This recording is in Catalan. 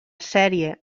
sèrie